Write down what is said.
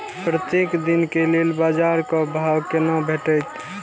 प्रत्येक दिन के लेल बाजार क भाव केना भेटैत?